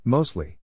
Mostly